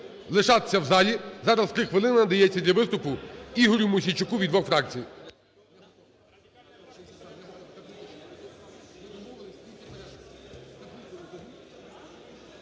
лишатися в залі, зараз три хвилини надається для виступу Ігорю Мосійчуку від двох фракцій.